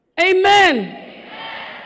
Amen